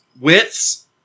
widths